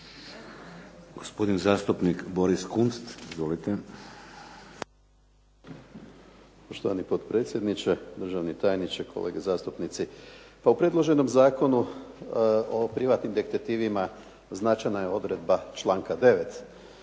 Gospodin zastupnik Boris Kunst. Izvolite. **Kunst, Boris (HDZ)** Poštovani potpredsjedniče, državni tajniče, kolege zastupnici. Pa u predloženom Zakonu o privatnim detektivima značajna je odredba članka 9.